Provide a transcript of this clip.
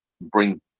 bring